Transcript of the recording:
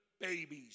babies